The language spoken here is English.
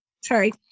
Sorry